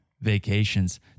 vacations